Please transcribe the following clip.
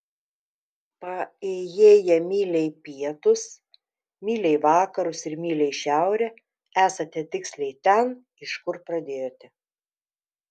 paėjėję mylią į pietus mylią į vakarus ir mylią į šiaurę esate tiksliai ten iš kur pradėjote